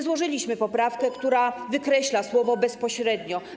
Złożyliśmy poprawkę, która wykreśla słowo ˝bezpośrednio˝